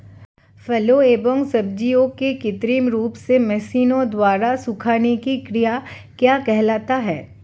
फलों एवं सब्जियों के कृत्रिम रूप से मशीनों द्वारा सुखाने की क्रिया क्या कहलाती है?